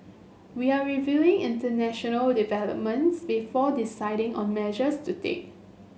we are reviewing international developments before deciding on measures to take